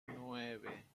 nueve